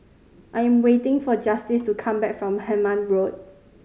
I am waiting for Justice to come back from Hemmant Road